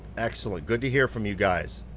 excellent, good to hear from you guys.